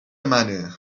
منه